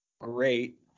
great